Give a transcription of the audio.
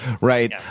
right